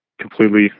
completely